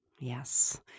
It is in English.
Yes